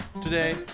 today